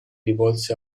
rivolse